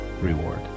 reward